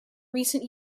recent